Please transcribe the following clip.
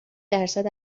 درصد